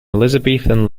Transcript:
elizabethan